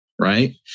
right